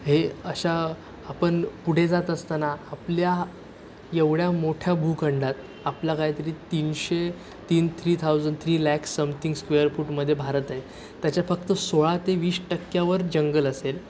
हे अशा आपण पुढे जात असताना आपल्या एवढ्या मोठ्या भूखंडात आपला काहीतरी तीनशे तीन three thousand three lakh something square फूटमध्ये भारत आहे त्याच्या फक्त सोळा ते वीस टक्क्यावर जंगल असेल